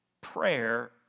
prayer